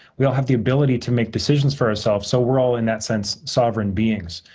we all have the ability to make decisions for ourselves. so, we're all, in that sense, sovereign beings.